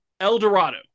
Eldorado